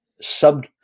sub